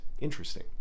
Interesting